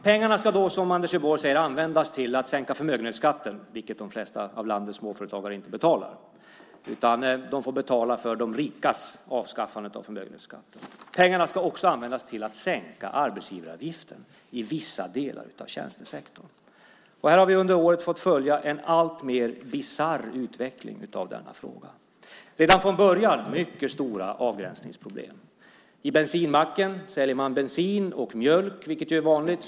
Pengarna ska, som Anders Borg säger, användas till att sänka förmögenhetsskatten, som de flesta av landets småföretagare inte betalar. De får betala för de rikas avskaffande av förmögenhetsskatten. Pengarna ska också användas till att sänka arbetsgivaravgiften i vissa delar av tjänstesektorn. Vi har under året fått följa en alltmer bisarr utveckling av denna fråga. Redan från början var det mycket stora avgränsningsproblem. I bensinmacken säljer man bensin och mjölk, vilket är vanligt.